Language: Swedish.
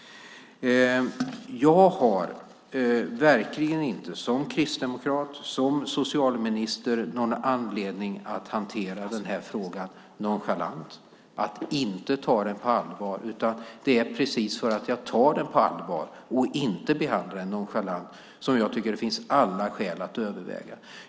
Jag har som kristdemokrat och som socialminister verkligen inte någon anledning att hantera den här frågan nonchalant eller att inte ta den på allvar. Det är precis för att jag tar den på allvar och inte behandlar den nonchalant som jag tycker att det finns alla skäl att överväga den.